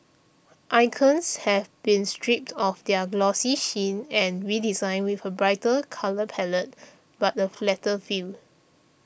icons have been stripped of their glossy sheen and redesigned with a brighter colour palette but a flatter feel